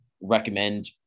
recommend